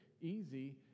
easy